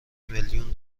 میلیون